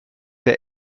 der